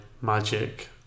magic